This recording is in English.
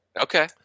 Okay